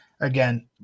again